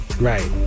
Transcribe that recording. Right